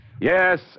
Yes